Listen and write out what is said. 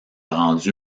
rendue